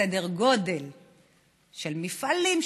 בסדר גודל של מפעלים,